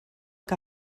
que